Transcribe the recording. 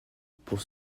pour